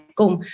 cùng